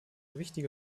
wichtige